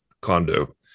condo